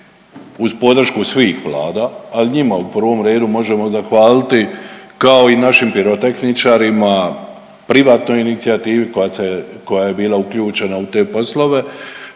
uz podršku svih Vlada, al njima u prvom redu možemo zahvaliti, kao i našim pirotehničarima, privatnoj inicijativi koja se, koja je bila uključena u te poslove,